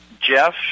jeff